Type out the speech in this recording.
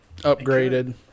upgraded